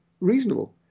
reasonable